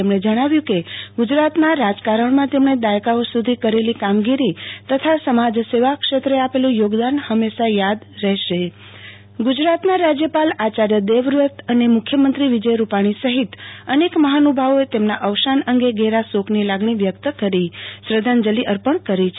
તેમણે જણાવ્યું કે ગુજરાતના રાજકારણમાં તેમણે દાયકાઓ સુધી કરેલી કામગીરી તથા સમાજસેવા ક્ષેત્રે આપેલુ યોગદાન હંમેશા યાદ રહેશે ગુજરાતના રાજયપાલ આચાર્ય દેવવ્રત અને મુખ્યમંત્રી વિજય રૂપાણી સહિત અનેક મહાનુ ભાવોએ તેમના અવસાન અંગે ઘેરા શોકની લાગણી વ્યકત કરી શ્રધ્ધાંજલી અર્પણ કરી છે